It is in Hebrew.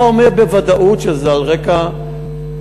אתה אומר שזה בוודאות שזה על רקע דתי.